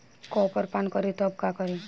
Copper पान करी तब का करी?